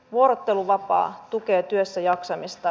vuorotteluvapaa tukee työssäjaksamista